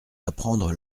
d’apprendre